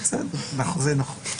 זה נכון.